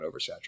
oversaturated